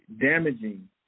damaging